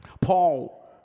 Paul